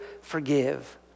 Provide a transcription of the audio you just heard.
forgive